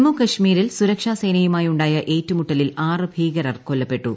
ജമ്മു കശ്മീരിൽ സുരക്ഷ്ടാ സേനയുമായുണ്ടായ ഏറ്റുമുട്ടലിൽ ആറ് ഭീകരർ കൊല്ലപ്പെട്ടു